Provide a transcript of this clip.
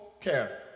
care